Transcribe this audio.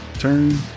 turn